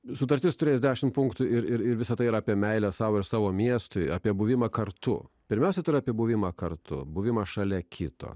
sutartis turės dešimt punktų ir ir visa tai yra apie meilę sau ir savo miestui apie buvimą kartu pirmiausia apie buvimą kartu buvimą šalia kito